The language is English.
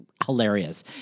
hilarious